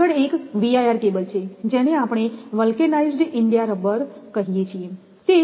આગળ એક VIR cable છે જેને આપણે વલકેનાઇઝ્ડ ઈન્ડિયા રબર કહે છે